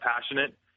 passionate